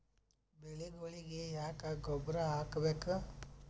ಬೆಳಿಗೊಳಿಗಿ ಯಾಕ ಗೊಬ್ಬರ ಹಾಕಬೇಕು?